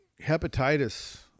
hepatitis